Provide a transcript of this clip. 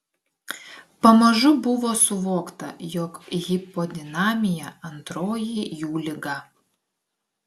pamažu buvo suvokta jog hipodinamija antroji jų liga